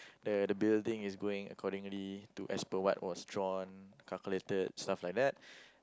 the the building is going accordingly to as per what was drawn calculated stuff like that